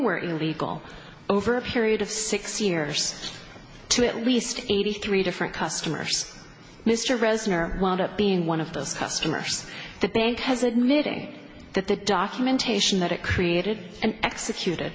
were illegal over a period of six years to at least eighty three different customers mr reznor wound up being one of those customers the bank has admitting that the documentation that it created and executed